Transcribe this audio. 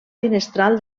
finestral